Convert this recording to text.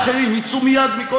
ראשי הערים ואחרים יצאו מייד מכל